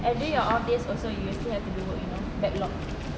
and during her off day also you still have to do work you know backlog